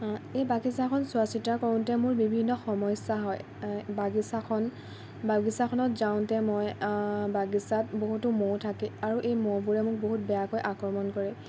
এই বাগিচাখন চোৱা চিতা কৰোঁতে মোৰ বিভিন্ন সমস্যা হয় বাগিচাখন বাগিচাখনত যাওঁতে মই বাগিচাত বহুতো মহ থাকে আৰু এই মহবোৰে মোক বহুত বেয়াকৈ আক্ৰমণ কৰে